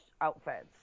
outfits